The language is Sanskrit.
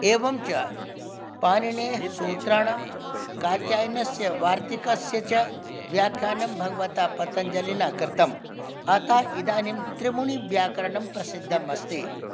एवञ्च पाणिनीयसूत्राणां कात्यायनस्य वार्तिकस्य च व्याख्यानं भगवता पतञ्जलिना कृतम् अतः इदानीं त्रिमुनिव्याकरणं प्रसिद्धमस्ति